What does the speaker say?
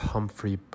Humphrey